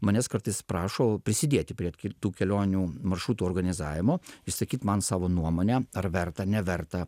manęs kartais prašo prisidėti prie tų kelionių maršrutų organizavimo išsakyt man savo nuomonę ar verta neverta